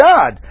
God